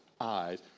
eyes